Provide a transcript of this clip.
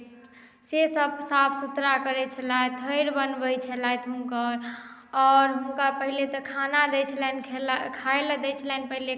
से सब साफ़ सुथरा करै छलैथ थैर बनबै छलैथ हुनकर आओर हुनका पहिले तऽ खाना दै छलनि खाय लेल दै छलनि पहिले खाना